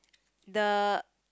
the